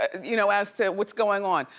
and you know, as to what's going on.